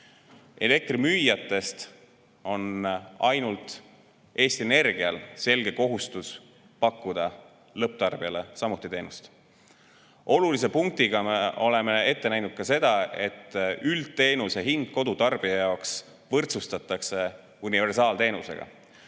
Elektrimüüjatest on ainult Eesti Energial selge kohustus pakkuda teenust ka lõpptarbijale. Olulise punktina oleme ette näinud seda, et üldteenuse hind kodutarbija jaoks võrdsustatakse universaalteenuse